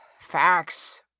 facts